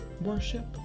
worship